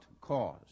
cause